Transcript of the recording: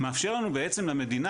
מאפשר לנו בעצם למדינה,